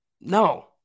no